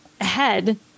ahead